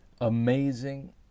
amazing